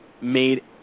made